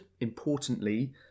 importantly